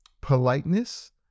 politeness